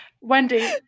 Wendy